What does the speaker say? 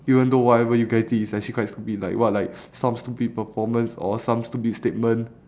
even though whatever you guys did is actually quite stupid like what like some stupid performance or some stupid statement